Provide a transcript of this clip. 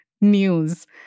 news